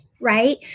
Right